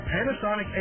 Panasonic